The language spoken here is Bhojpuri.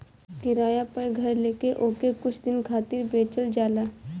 किराया पअ घर लेके ओके कुछ दिन खातिर बेचल जाला